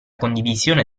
condivisione